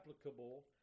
applicable